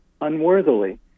unworthily